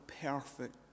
perfect